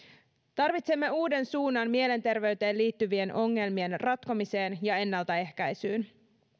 tarvitsemme uuden suunnan mielenterveyteen liittyvien ongelmien ratkomiseen ja ennaltaehkäisyyn